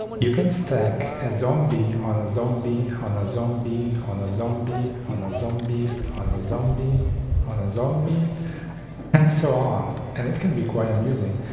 you can stack a zombie on a zombie on a zombie on a zombie on a zombie on a zombie a zombie and so on and it can be quite amusing.